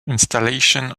installation